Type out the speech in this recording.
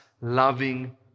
loving